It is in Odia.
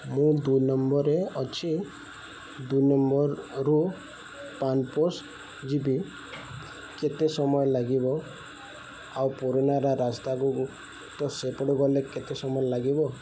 ମୁଁ ଦୁଇ ନମ୍ବର୍ରେ ଅଛି ଦୁଇ ନମ୍ବର୍ରୁୁ ପାନ୍ପୋଷ୍ଟ୍ ଯିବି କେତେ ସମୟ ଲାଗିବ ଆଉ ପୁରୁନାରା ରାସ୍ତାକୁ ତ ସେପଟେ ଗଲେ କେତେ ସମୟ ଲାଗିବ